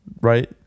right